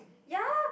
ya